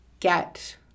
get